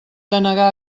denegar